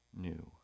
new